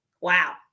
Wow